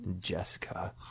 Jessica